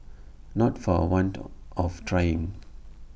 not for A want of trying